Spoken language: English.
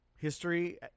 History